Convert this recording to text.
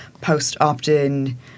post-opt-in